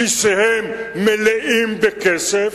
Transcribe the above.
כיסיהם מלאים בכסף,